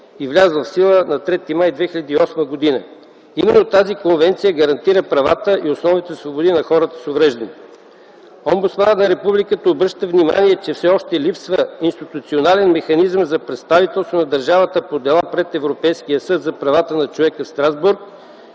и влязла в сила на 3 май 2008 г. Именно тази конвенция гарантира правата и основните свободи на хората с увреждания. Омбудсманът на Републиката обръща внимание, че все още липсва институционален механизъм за представителство на държавата по дела пред Европейския съд за правата на човека в Страсбург